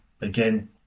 Again